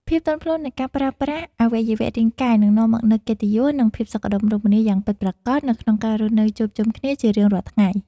ភាពទន់ភ្លន់នៃការប្រើប្រាស់អវយវៈរាងកាយនឹងនាំមកនូវកិត្តិយស និង ភាពសុខដុមរមនាយ៉ាងពិតប្រាកដនៅក្នុងការរស់នៅជួបជុំគ្នាជារៀងរាល់ថ្ងៃ។